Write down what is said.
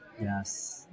Yes